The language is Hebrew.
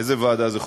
איזו ועדה זו?